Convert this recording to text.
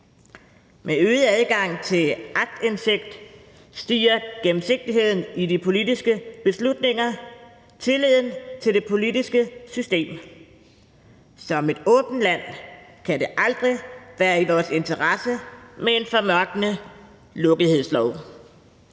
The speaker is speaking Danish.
Med øget adgang til aktindsigt stiger gennemsigtigheden i de politiske beslutninger og tilliden til det politiske system. Som et åbent land kan det aldrig være i vores interesse med en formørkende lukkethedslov.